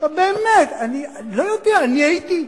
לא יודע, אני הייתי,